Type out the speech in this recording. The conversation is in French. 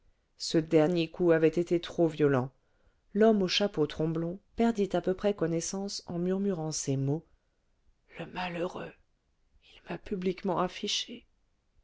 ce dernier coup avait été trop violent l'homme au chapeau tromblon perdit à peu près connaissance en murmurant ces mots le malheureux il m'a publiquement affiché